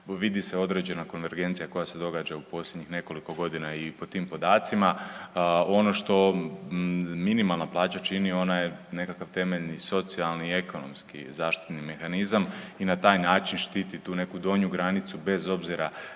vidi se određena konvergencija koja se događa u posljednjih nekoliko godina i pod tim podacima ono što minimalna plaća čini, ona je nekakav temeljni socijali i ekonomski zaštitni mehanizam i na taj način štiti tu neku donju granicu, bez obzira